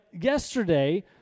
yesterday